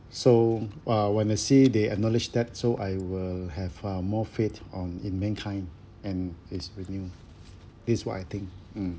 so uh when I see they acknowledge that so I will have um more faith on in mankind and is renewed this is what I think mm